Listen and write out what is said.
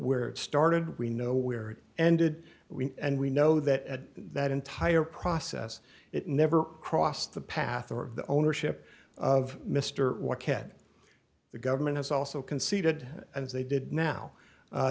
where it started we know where it ended we and we know that that entire process it never crossed the path of the ownership of mr what head the government has also conceded as they did now